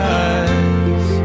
eyes